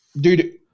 dude